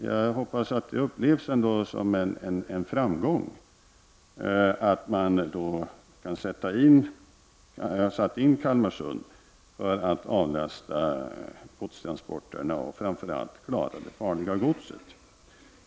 Jag hoppas att det ändå upplevs som en framgång att man har satt in Kalmarsund för att avlasta gorstramsporterna och framför allt för att klara det farliga godset.